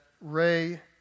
Ray